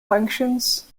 functions